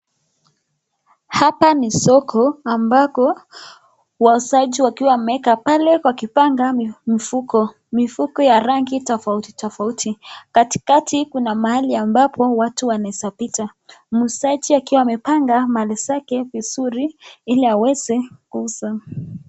Hapa ni soko ambako wauzaji wakiwa wameeka pale wakipanga mfuko. Mifuko ya rangi tofauti tofauti. Katikati kuna mahali ambapo watu wanaeza pita. Muuzaji akiwa amepanga mali zake vizuri ili aweze kuuza.